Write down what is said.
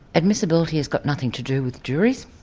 admissibility has got nothing to do with juries,